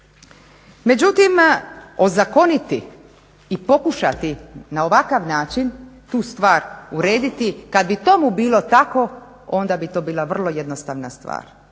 Međutim, ozakoniti i pokušati na ovakav način tu stvar urediti kada bi tomu bilo tako, onda bi to bila vrlo jednostavna stvar.